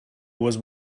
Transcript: was